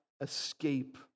escape